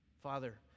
Father